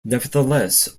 nevertheless